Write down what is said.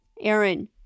Aaron